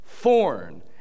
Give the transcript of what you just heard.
Foreign